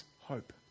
hope